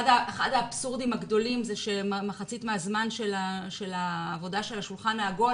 אחד האבסורדים הגדולים הוא שמחצית מהזמן של העבודה של השולחן העגול